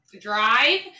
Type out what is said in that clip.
drive